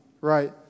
right